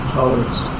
tolerance